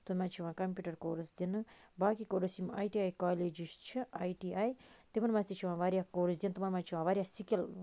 تمہِ مَنٛز چھُ یِوان کَمپیٛوٗٹَر کورس دِنہٕ باقٕے کورس یِم آے ٹی آے کالج چھِ آے ٹی آے تِمَن مَنٛز تہِ چھِ یِوان واریاہ کورس دِنہٕ تِمَن مَنٛز چھِ یِوان واریاہ سِکٕل